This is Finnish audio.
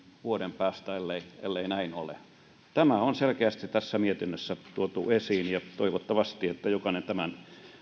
vuoden päästä ellei ellei näin ole tämä on selkeästi mietinnössä tuotu esiin ja toivottavasti jokainen tämän